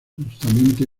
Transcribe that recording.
justamente